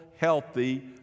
healthy